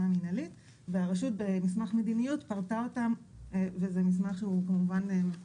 המינהלית והרשות במסמך מדיניות פרטה אותם וזה משהו שמפורסם